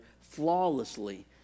flawlessly